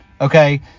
okay